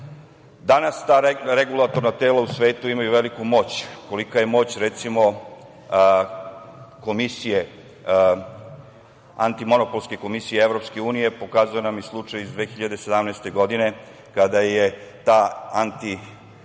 ta regulatorna tela u svetu imaju veliku moć. Kolika je moć, recimo, antimonopolske Komisije EU pokazuje nam i slučaj iz 2017. godine, kada je ta antimonopolska